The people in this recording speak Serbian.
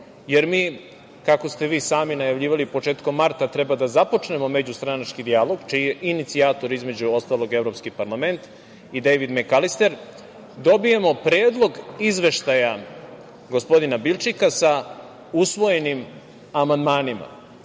jer mi, kako ste vi sami najavljivali, početkom marta treba da započnemo međustranački dijalog, čiji je inicijator, između ostalog, Evropski parlament i Dejvid Mekalister, dobijemo Predlog izveštaja gospodina Bilčika sa usvojenim amandmanima? Znamo